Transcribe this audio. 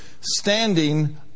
standing